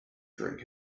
during